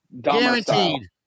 Guaranteed